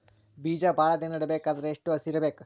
ಬೇಜ ಭಾಳ ದಿನ ಇಡಬೇಕಾದರ ಎಷ್ಟು ಹಸಿ ಇರಬೇಕು?